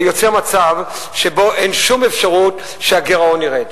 יוצר מצב שבו אין שום אפשרות שהגירעון ירד,